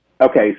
Okay